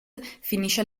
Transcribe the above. finisce